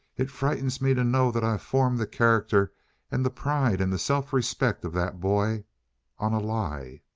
it frightens me to know that i've formed the character and the pride and the self-respect of that boy on a lie!